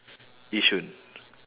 yishun